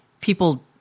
People